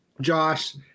Josh